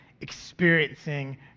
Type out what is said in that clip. experiencing